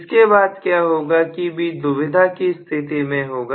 इसके बाद क्या होगा कि B दुविधा की स्थिति में होगा